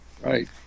Right